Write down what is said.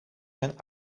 zijn